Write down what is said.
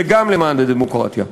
וגם למען הדמוקרטיה.